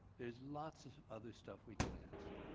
there is lots of other stuff we can ask.